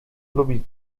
lubi